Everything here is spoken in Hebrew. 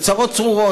בצרות צרורות.